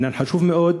העניין חשוב מאוד.